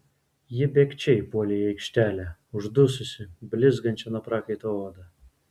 ji bėgčia įpuolė į aikštelę uždususi blizgančia nuo prakaito oda